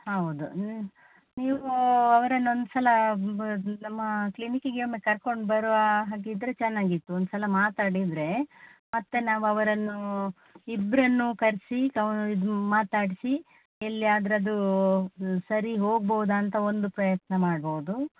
ಹೌದು ನೀವು ಅವರನ್ನು ಒಂದ್ಸಲ ನಮ್ಮ ಕ್ಲಿನಿಕ್ಕಿಗೆ ಒಮ್ಮೆ ಕರ್ಕೊಂಡು ಬರುವ ಹಾಗಿದ್ದರೆ ಚೆನ್ನಾಗಿತ್ತು ಒಂದ್ಸಲ ಮಾತಾಡಿದರೆ ಮತ್ತೆ ನಾವು ಅವರನ್ನು ಇಬ್ಬರನ್ನೂ ಕರೆಸಿ ಇದು ಮಾತಾಡಿಸಿ ಎಲ್ಲಿ ಆದರೂ ಅದೂ ಸರಿ ಹೋಗ್ಬೋದಾ ಅಂತ ಒಂದು ಪ್ರಯತ್ನ ಮಾಡ್ಬಹುದು